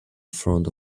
front